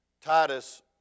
Titus